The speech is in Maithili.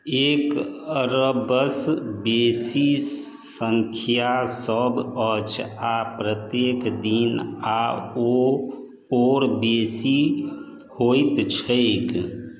एक अरबसँ बेसी सङ्ख्या सब अछि आ प्रत्येक दिन आओर बेसी होइत छैक